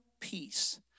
peace